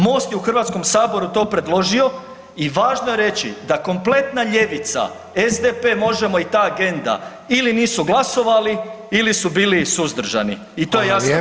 MOST je u HS to predložio i važno je reći da kompletna ljevica SDP, Možemo! i ta agenda ili nisu glasovali ili su bili suzdržani i to je jasna poruka.